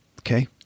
okay